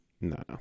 No